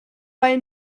bei